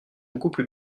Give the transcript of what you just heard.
beaucoup